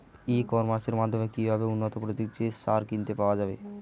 ই কমার্সের মাধ্যমে কিভাবে উন্নত প্রযুক্তির সার কিনতে পাওয়া যাবে?